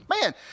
Man